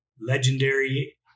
legendary